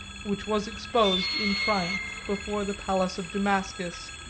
which was exposed in triumph before the palace of damascus.